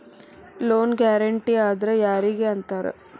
Loan guarantee ಅಂದ್ರ್ ಯಾರಿಗ್ ಅಂತಾರ?